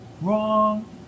Wrong